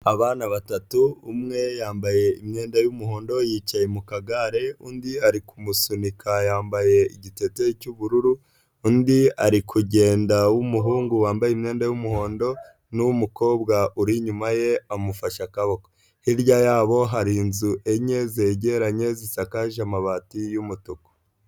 Abana batatu: umwe yambaye imyenda y'umuhondo yicaye mu kagare, undi ari kumusunika yambaye igiteteyi cy'ubururu, undi ari kugenda w'umuhungu wambaye imyenda y'umuhondo n'uw'umukobwa uri inyuma ye amufashe akaboko, hirya yabo hari inzu enye zegeranye zisakaje amabati y'umutuku.